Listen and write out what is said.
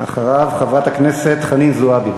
אחריו חברת הכנסת חנין זועבי.